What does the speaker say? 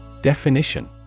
Definition